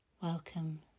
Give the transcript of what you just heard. Welcome